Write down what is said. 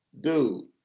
dude